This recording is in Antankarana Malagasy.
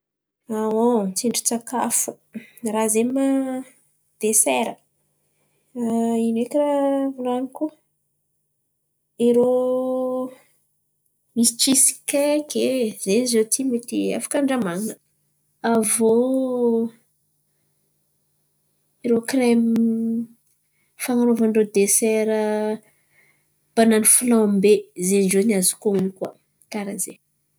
Tsindri-tsakafo, raha zen̈y mà desera? Ino eky raha volan̈iko? Irô misy tsisy keky e, zen̈y rah ziô ty afaka andramanina, avô irô kremo fan̈anaovan-drô desera banany flômbe zen̈y ziô no azoko hon̈ono, karà zen̈y.